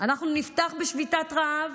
אנחנו נפתח בשביתת רעב,